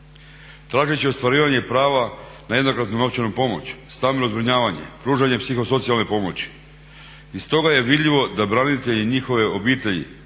Tražeći ostvarivanje prava na jednokratnu novčanu pomoć, stambeno zbrinjavanje, pružanje psihosocijalne pomoći. Iz toga je vidljivo da branitelji i njihove obitelji